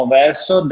verso